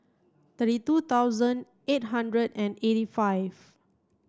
thirty two thousand eight hundred and eighty five